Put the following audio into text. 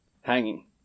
hanging